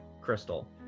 Crystal